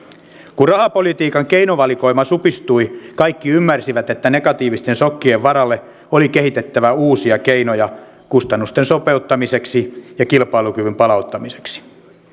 kun rahapolitiikan keinovalikoima supistui kaikki ymmärsivät että negatiivisten sokkien varalle oli kehitettävä uusia keinoja kustannusten sopeuttamiseksi ja kilpailukyvyn palauttamiseksi